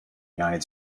united